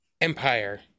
Empire